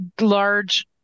large